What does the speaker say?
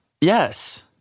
yes